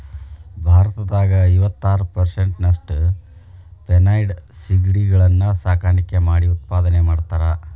ಭಾರತದಾಗ ಐವತ್ತಾರ್ ಪೇರಿಸೆಂಟ್ನಷ್ಟ ಫೆನೈಡ್ ಸಿಗಡಿಗಳನ್ನ ಸಾಕಾಣಿಕೆ ಮಾಡಿ ಉತ್ಪಾದನೆ ಮಾಡ್ತಾರಾ